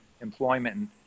employment